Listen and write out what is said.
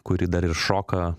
kuri dar ir šoka